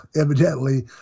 evidently